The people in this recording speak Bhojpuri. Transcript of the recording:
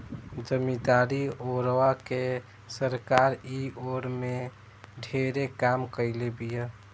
जमीदारी ओरवा के सरकार इ ओर में ढेरे काम कईले बिया